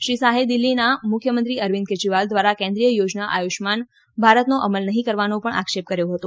શ્રી શાહે દિલ્ફીના મુખ્યમંત્રી અરવિંદ કેજરીવાલ દ્વારા કેન્દ્રિય યોજના આયુષ્માન ભારતનો અમલ નહીં કરવાનો પણ આક્ષેપ કર્યો હતો